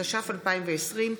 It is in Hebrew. התש"ף 2020,